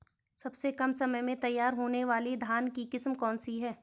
सबसे कम समय में तैयार होने वाली धान की किस्म कौन सी है?